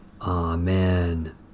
Amen